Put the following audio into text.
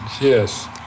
Yes